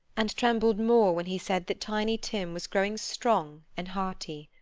and trembled more when he said that tiny tim was growing strong and hearty.